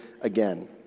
again